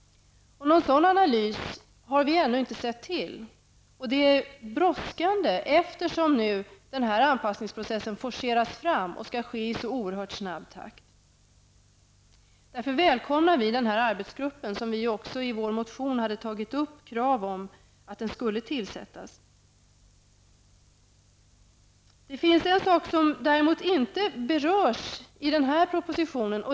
Någon sådan analys har vi ännu inte sett till. Det är brådskande nu, eftersom den här anpassningsprocessen forceras fram. Den skall ske i så oerhört snabb takt. Därför välkomnar vi den här arbetsgruppen. Vi hade ju också i vår motion tagit upp krav om att den skulle tillsättas. Det finns en sak som däremot inte berörs i den här propositionen.